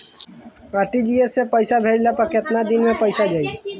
RTGS से पईसा भेजला पर केतना दिन मे पईसा जाई?